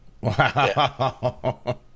Wow